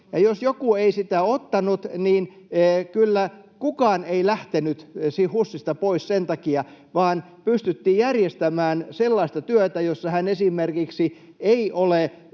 jos joku ei sitä ottanut, niin kyllä kukaan ei lähtenyt HUSista pois sen takia, vaan pystyttiin järjestämään sellaista työtä, jossa hän esimerkiksi ei ole